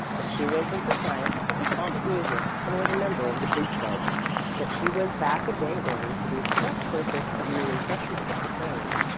that she went in for science, but was fond of music and was a member of the glee club that she was back a day early for the express purpose of meeting freshmen at the trains.